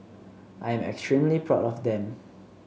I am extremely proud of them